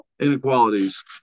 Inequalities